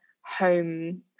home